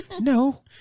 no